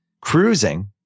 Cruising